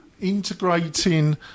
integrating